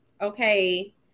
Okay